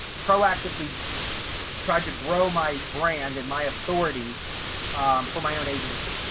proactively tried to grow my brand and my authority for my own agency.